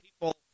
people